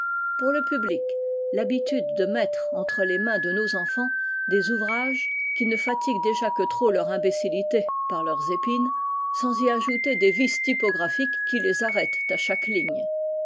pour le public l'habitude de mettre entre les mains de nos enfants des ouvrages qui ne fatiguent déjà que trop leur imbécillité par leurs épines sans y ajouter des vices typographiques qui les arrêtent à chaque ligne